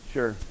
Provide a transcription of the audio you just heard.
Sure